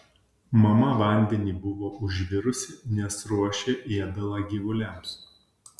mama vandenį buvo užvirusi nes ruošė ėdalą gyvuliams